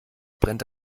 brennt